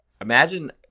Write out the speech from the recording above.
imagine